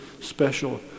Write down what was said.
special